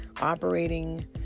operating